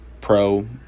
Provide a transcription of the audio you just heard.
pro